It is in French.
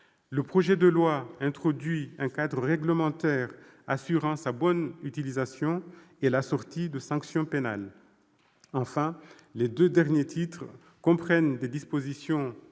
Le projet de loi introduit un cadre réglementaire assurant sa bonne utilisation et l'assortit de sanctions pénales. Enfin, les deux derniers titres comprennent des articles non moins